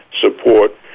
support